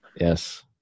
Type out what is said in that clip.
Yes